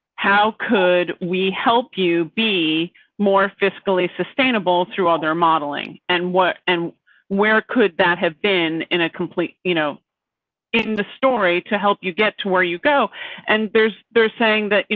how could we help you be more fiscally sustainable through all their modeling and what? and where could that have been in a complete. you know in the story to help, you get to where you go and there's, they're saying that, you